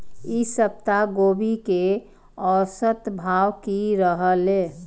ई सप्ताह गोभी के औसत भाव की रहले?